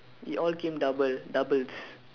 it all came double doubles